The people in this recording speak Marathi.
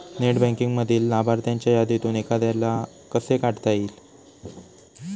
नेट बँकिंगमधील लाभार्थ्यांच्या यादीतून एखाद्याला कसे काढता येईल?